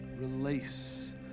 Release